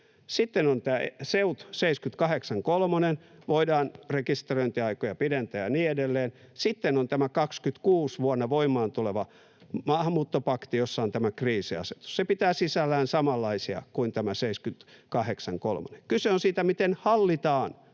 Sitten on tämä SEUT 78.3: voidaan rekisteröintiaikoja pidentää ja niin edelleen. Sitten on tämä vuonna 26 voimaan tuleva maahanmuuttopakti, jossa on tämä kriisiasetus. Se pitää sisällään samanlaisia kuin tämä 78.3. Kyse on siitä, miten hallitaan